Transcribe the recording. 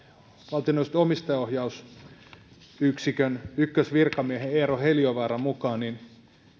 valtioneuvoston omistajaohjausyksikön ykkösvirkamies eero heliövaara